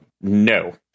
no